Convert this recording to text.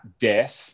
death